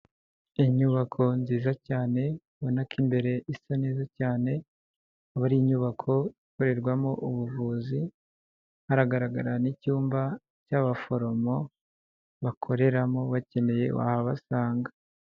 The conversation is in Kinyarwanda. Inyubako nziza cyane, ubona ko imbere isa neza cyane, akaba ari inyubako ikorerwamo ubuvuzi, haragaragara n'icyumba cy'abaforomo bakoreramo, ubakeneye wahabasanga.